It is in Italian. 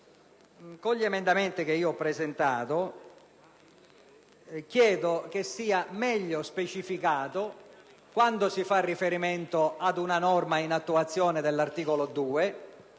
Con gli emendamenti da me presentati chiedo che sia meglio specificato quando si fa riferimento ad una norma in attuazione dell'articolo 2,